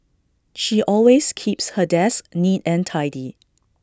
she always keeps her desk neat and tidy